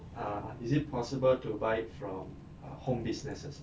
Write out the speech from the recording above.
err is it possible to buy from err home businesses